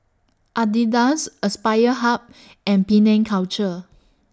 Adidas Aspire Hub and Penang Culture